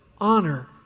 honor